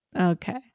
Okay